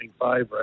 favourite